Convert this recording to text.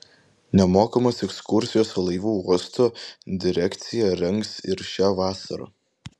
nemokamas ekskursijas laivu uosto direkcija rengs ir šią vasarą